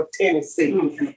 Tennessee